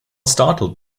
startled